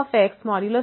x